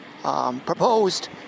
Proposed